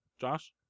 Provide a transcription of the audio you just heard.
Josh